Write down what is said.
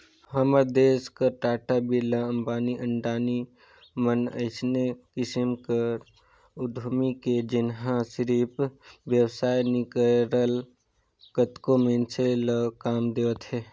हमर देस कर टाटा, बिरला, अंबानी, अडानी मन अइसने किसिम कर उद्यमी हे जेनहा सिरिफ बेवसाय नी करय कतको मइनसे ल काम देवत हे